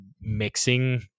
mixing